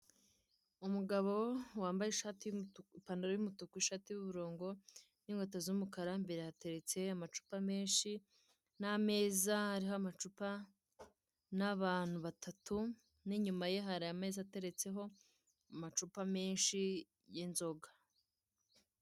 Umugabo wambaye ishati y'umutuku, ipanaro y'umutuku ishati y'uburongo n'inkweto z'umukara imbere ahteretse amacupa menshi n'ameza ariho amacupa n'abantu batatu n'inyuma ye hari ameza ateretseho amacupa menshi y'inzoga.